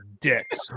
dicks